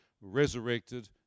resurrected